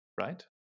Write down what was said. right